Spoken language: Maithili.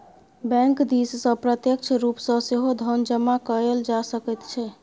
बैंक दिससँ प्रत्यक्ष रूप सँ सेहो धन जमा कएल जा सकैत छै